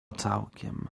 całkiem